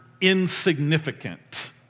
insignificant